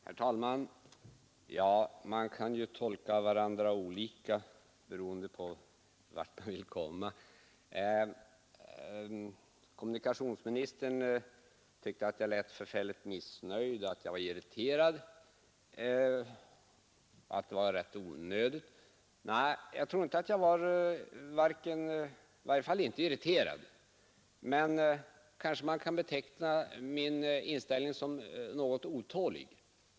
Herr talman! Man kan ju tolka varandra olika beroende på vart man vill komma. Kommunikationsministern tyckte att jag lät förfärligt missnöjd, att jag var irriterad och att detta var rätt onödigt. Nej, jag var i varje fall inte irriterad, men kanske man kan beteckna min inställning som något otålig.